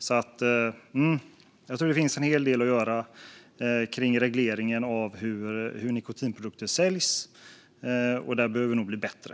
Jag tror alltså att det finns en hel del att göra gällande regleringen av hur nikotinprodukter säljs, och där behöver vi nog bli bättre.